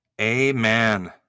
amen